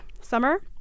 summer